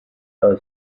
her